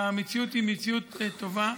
המציאות היא מציאות טובה.